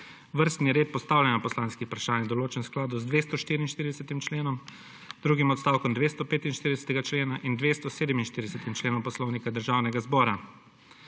Vrstni red postavljanja poslanskih vprašanj je določen v skladu z 244. členom, drugim odstavkom 245. člena in 247. členom Poslovnika Državnega zbora.